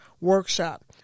Workshop